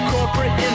Corporate